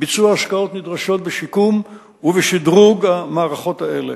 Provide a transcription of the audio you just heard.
ביצוע השקעות נדרשות בשיקום ובשדרוג המערכות האלה.